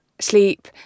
sleep